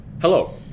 Hello